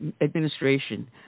administration